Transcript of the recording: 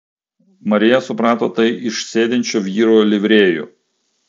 marija suprato tai iš sėdinčių vyrų livrėjų